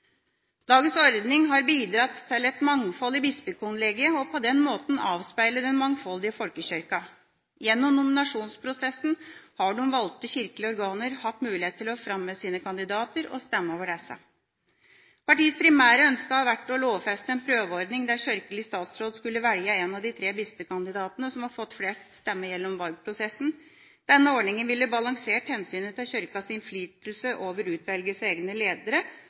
og på den måten avspeilet den mangfoldige folkekirka. Gjennom nominasjonsprosessen har de valgte kirkelige organer hatt mulighet til å fremme sine kandidater og stemme over disse. Partiets primære ønske har vært å lovfeste en prøveordning der kirkelig statsråd skulle velge en av de tre bispekandidatene som har fått flest stemmer gjennom valgprosessen. Denne ordninga ville balansert hensynet til Kirkas innflytelse over utvelgelse av egne ledere